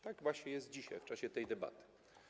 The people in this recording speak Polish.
Tak właśnie jest dzisiaj, w czasie tej debaty.